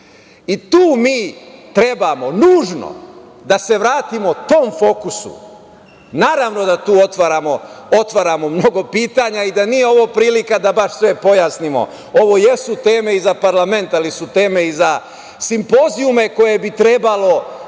Tu mi trebamo nužno da se vratimo tom fokusu. Naravno da tu otvaramo mnogo pitanja i da nije ovo prilika da baš sve pojasnimo. Ovo jesu teme za parlament, ali su teme i za simpozijume koje bi trebalo